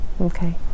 Okay